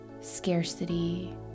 scarcity